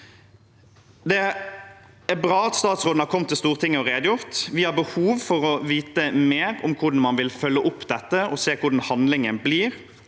Det er bra at statsråden har kommet til Stortinget og redegjort. Vi har behov for å vite mer om hvordan man vil følge opp dette, og se hvordan handlingen blir.